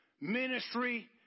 ministry